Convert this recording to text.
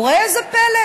וראה זה פלא,